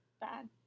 bad